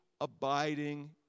abiding